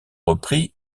repris